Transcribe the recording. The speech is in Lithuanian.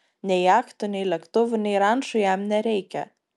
nei jachtų nei lėktuvų nei rančų jam nereikia